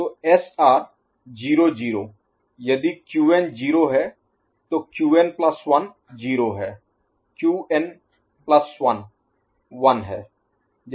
तो SR 0 0 यदि Qn 0 है तो Qn प्लस 1 Qn1 0 है 1 Qn प्लस 1 Qn1 1 है